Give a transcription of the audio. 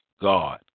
God